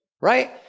right